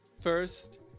first